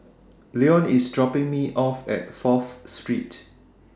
Leon IS dropping Me off At Fourth Street